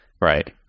Right